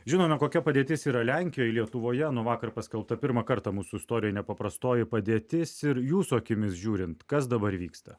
žinome kokia padėtis yra lenkijoj lietuvoje nuo vakar paskelbta pirmą kartą mūsų istorijoj nepaprastoji padėtis ir jūsų akimis žiūrint kas dabar vyksta